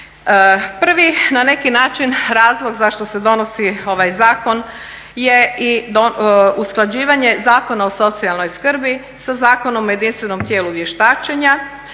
način razlog zašto se donosi ovaj zakon je i usklađivanje Zakona o socijalnoj skrbi sa Zakonom o jedinstvenom tijelu vještačenja,